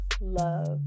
love